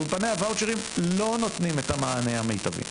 ואולפני הואוצ'רים לא נותנים את המענה המיטבי